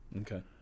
Okay